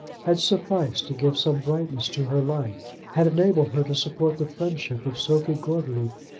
had sufficed to give some brightness to her life had enabled her to support the friendship of sophie gordeloup,